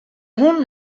hûn